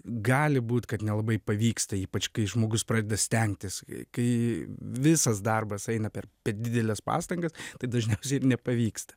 gali būt kad nelabai pavyksta ypač kai žmogus pradeda stengtis kai visas darbas eina per dideles pastangas tai dažniausiai ir nepavyksta